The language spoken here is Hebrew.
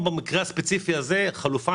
במקרה הספציפי הזה אין חלופה